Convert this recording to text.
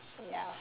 ya